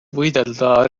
võidelda